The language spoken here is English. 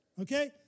Okay